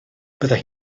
byddai